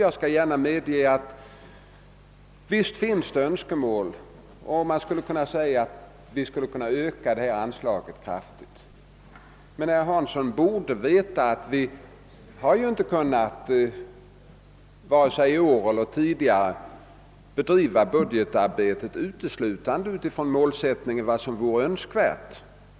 Jag medger gärna att visst kan det finnas önskemål att öka detta anslag. Men herr Hansson borde veta att vi varken i år eller tidigare kunnat bedriva budgetarbetet uteslutande med utgångspunkt från vad som är mest önskvärt.